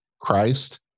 Christ